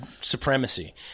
supremacy